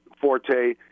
forte